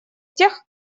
тех